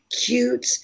cute